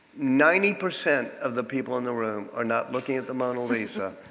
ninety percent of the people in the room are not looking at the mona lisa.